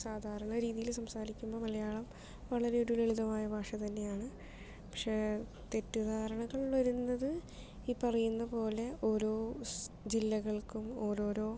സാധാരണ രീതിയിൽ സംസാരിക്കുമ്പോൾ മലയാളം വളരെ ഒരു ലളിതമായ ഭാഷ തന്നെയാണ് പക്ഷേ തെറ്റിദ്ധാരണകൾ വരുന്നത് ഈ പറയുന്ന പോലെ ഓരോ ജില്ലകൾക്കും ഓരോരോ